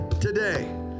today